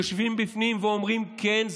יושבים בפנים ואומרים: כן,